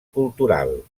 cultural